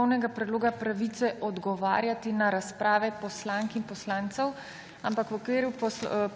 postopkovnega predloga pravice odgovarjati na razprave poslank in poslancev, ampak v okviru